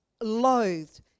loathed